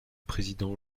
président